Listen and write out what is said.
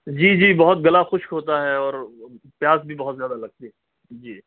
جی جی بہت گلا خشک ہوتا ہے اور پیاس بھی بہت زیادہ لگتی ہے جی